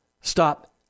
stop